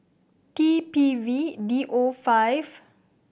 T P V D O five